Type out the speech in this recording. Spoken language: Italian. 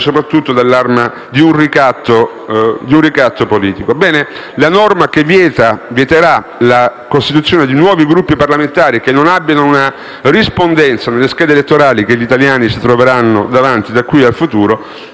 forti dell'arma di un ricatto politico. Ebbene, la norma che vieterà la costituzione di nuovi Gruppi parlamentari, che non abbiano una rispondenza nelle schede elettorali che gli italiani si troveranno davanti da qui al futuro,